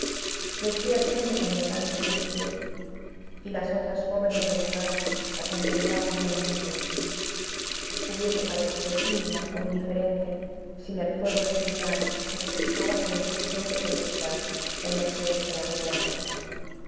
vestía siempre con elegante sencillez y las otras jóvenes del lugar la contemplaban con envidia hubiese parecido tímida o indiferente sin el fuego de su mirada que se fijaba con insistente curiosidad en los seres que la rodeaban